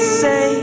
say